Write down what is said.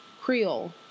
Creole